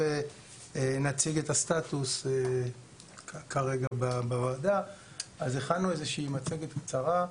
הוא מוביל כן ונציג את הסטטוס כרגע במדע אז הכנו איזושהי מצגת קצרה.